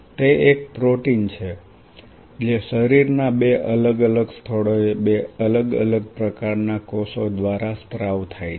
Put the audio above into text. તે એક પ્રોટીન છે જે શરીરના બે અલગ અલગ સ્થળોએ બે અલગ અલગ પ્રકારના કોષો દ્વારા સ્ત્રાવ થાય છે